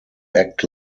act